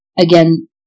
again